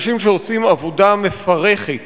אנשים שעושים עבודה מפרכת,